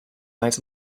nights